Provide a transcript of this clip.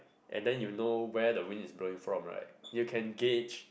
and then you know where the wind is blowing from right you can gage